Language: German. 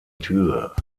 tür